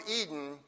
Eden